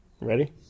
Ready